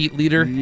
leader